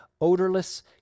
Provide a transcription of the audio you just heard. odorless